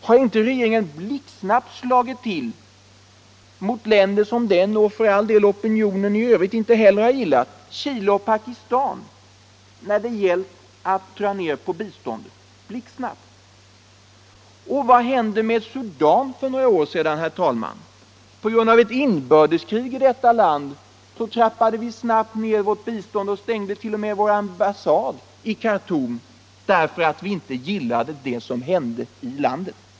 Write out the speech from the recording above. Har inte regeringen blixtsnabbt slagit till mot länder som den och -— för all del — opinionen i Övrigt inte har gillat, t.ex. Chile och Pakistan, när det gällt att dra ned på biståndet? Och vad hände med Sudan för några år sedan? På grund av ett inbördeskrig i detta land trappade vi snart ned vårt bistånd och stängde t.o.m. vår ambassad i Khartoum, därför att vi inte gillade det som hände i landet.